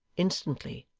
instantly,